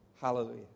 Hallelujah